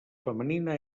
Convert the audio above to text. femenina